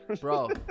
Bro